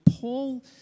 Paul